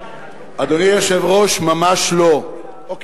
ממש לא,